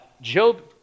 Job